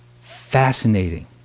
fascinating